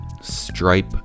stripe